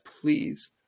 please